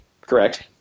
Correct